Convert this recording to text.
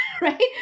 right